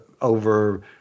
over